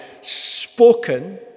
spoken